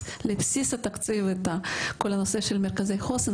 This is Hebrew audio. לבסיס התקציב את כל הנושא של מרכזי חוסן.